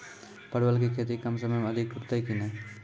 परवल की खेती कम समय मे अधिक टूटते की ने?